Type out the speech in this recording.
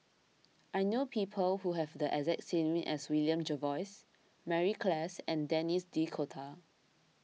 I know people who have the exact name as William Jervois Mary Klass and Denis D'Cotta